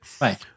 right